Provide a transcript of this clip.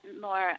more